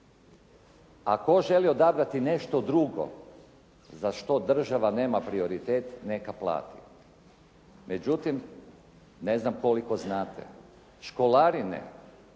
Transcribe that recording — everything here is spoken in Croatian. tko želi odabrati nešto drugo za što država nema prioritet, neka plati. Međutim, ne znam koliko znate, školarine